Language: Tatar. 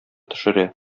төшерә